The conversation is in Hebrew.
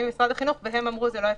במשרד החינוך והם לא אמרו שזה לא אפשרי.